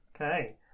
okay